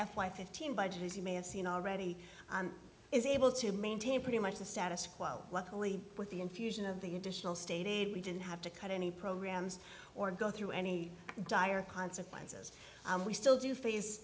i fifteen budget as you may have seen already is able to maintain pretty much the status quo luckily with the infusion of the additional state aid we didn't have to cut any programs or go through any dire consequences we still do